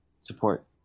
support